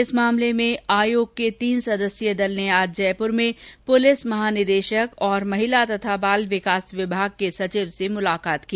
इस मामले में आयोग के तीन सदस्यीय दल ने आज जयपुर में पुलिस महानिदेशक और महिला और बाल विकास विभाग के सचिव से मुलाकात की